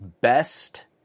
Best